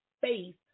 faith